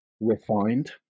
Refined